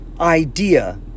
Idea